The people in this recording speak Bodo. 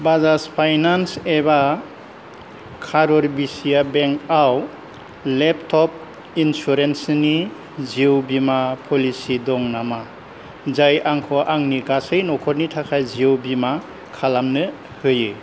बाजाज फाइनान्स एबा कारुर विसिया बेंक आव लेपट'प इन्सुरेन्सनि जिउ बीमा प'लिसि दं नामा जाय आंखौ आंनि गासै न'खरनि थाखाय जिउ बीमा खालामनो होयो